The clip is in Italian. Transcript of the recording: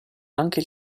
anche